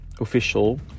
official